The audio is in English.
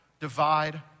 divide